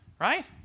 right